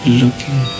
looking